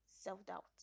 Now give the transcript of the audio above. self-doubt